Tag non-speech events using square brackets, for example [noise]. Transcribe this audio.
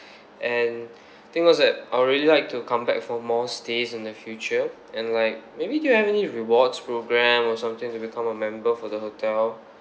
and [breath] the thing is that I really like to come back for more stays in the future and like maybe do you have any rewards programme or something to become a member for the hotel